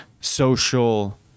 social